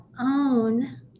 own